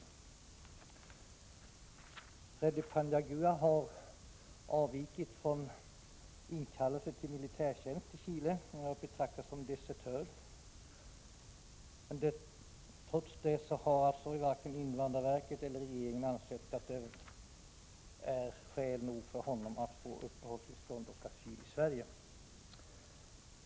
Freddy Paniagua har avvikit från inkallelse till militärtjänst i Chile och betraktas därför som desertör. Men trots detta har varken invandrarverket eller regeringen ansett det finnas skäl nog för honom att få uppehållstillstånd och asyl i Sverige.